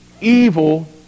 evil